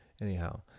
Anyhow